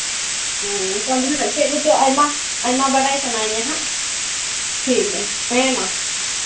ᱦᱮᱸ ᱚᱱᱠᱟ ᱜᱮ ᱦᱟᱸᱜ ᱪᱮᱫ ᱠᱚᱪᱚ ᱟᱭᱢᱟ ᱟᱭᱢᱟ ᱵᱟᱰᱟᱭ ᱥᱟᱱᱟᱧᱟ ᱱᱟᱦᱟᱜ ᱴᱷᱤᱠ ᱜᱮᱭᱟ ᱦᱮᱸ ᱢᱟ